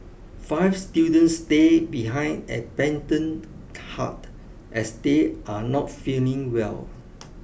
five students stay behind at Pendant Hut as they are not feeling well